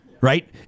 Right